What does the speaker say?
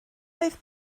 oedd